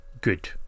good